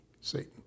Satan